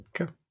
Okay